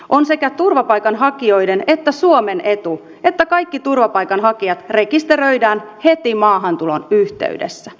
on sekä turvapaikanhakijoiden että suomen etu että kaikki turvapaikanhakijat rekisteröidään heti maahantulon yhteydessä